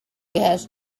gas